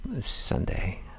Sunday